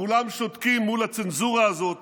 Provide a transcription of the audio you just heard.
כולם שותקים מול הצנזורה הזאת